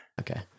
Okay